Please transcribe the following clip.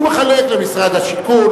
הוא מחלק למשרד השיכון,